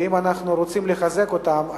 ואם אנחנו רוצים לחזק אותם,